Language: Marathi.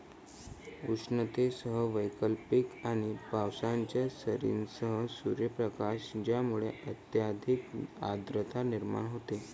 उष्णतेसह वैकल्पिक आणि पावसाच्या सरींसह सूर्यप्रकाश ज्यामुळे अत्यधिक आर्द्रता निर्माण होते